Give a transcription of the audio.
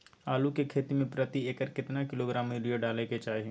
आलू के खेती में प्रति एकर केतना किलोग्राम यूरिया डालय के चाही?